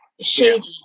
shady